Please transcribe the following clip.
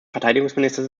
verteidigungsminister